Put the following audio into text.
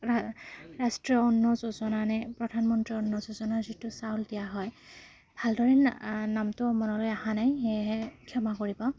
ৰা ৰাষ্ট্ৰীয় অন্ন যোজনানে প্ৰধানমন্ত্ৰী অন্ন যোজনাৰ যিটো চাউল দিয়া হয় ভালদৰে নামটো মনলৈ আহা নাই সেয়েহে ক্ষমা কৰিব